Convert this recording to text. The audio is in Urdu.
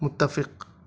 متفق